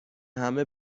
همه